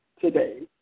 today